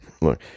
Look